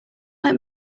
let